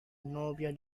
novia